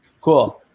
Cool